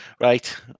Right